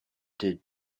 did